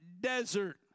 desert